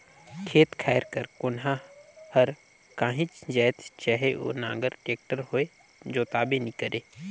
खेत खाएर कर कोनहा हर काहीच जाएत चहे ओ नांगर, टेक्टर होए जोताबे नी करे